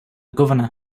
governor